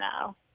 no